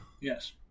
Yes